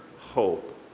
hope